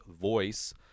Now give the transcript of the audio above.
voice